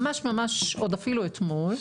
ממש ממש עוד אפילו אתמול,